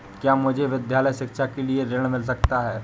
क्या मुझे विद्यालय शिक्षा के लिए ऋण मिल सकता है?